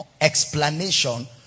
explanation